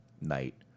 night